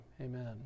amen